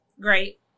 Great